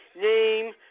Name